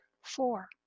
Four